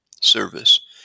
Service